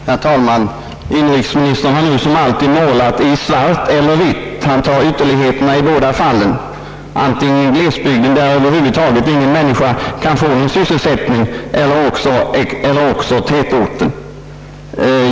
Herr talman! Inrikesministern har nu som alltid målat i svart eller vitt. Han tar ytterligheterna i båda fallen, antingen glesbygden där över huvud taget ingen människa kan få någon sysselsättning, eller också tätorten, storstaden.